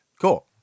Cool